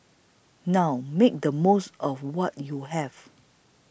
now make the most of what you have